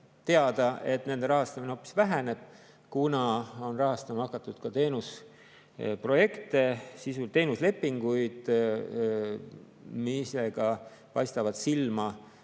et nende rahastamine väheneb, kuna on rahastama hakatud ka teenusprojekte, teenuslepinguid. Sellega paistavad silma